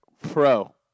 Pro